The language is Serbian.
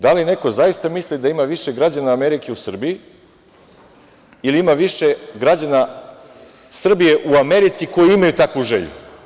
Da li neko zaista misli da ima više građana Amerike u Srbiji ili ima više građana Srbije u Americi koji imaju takvu želju?